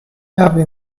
hervé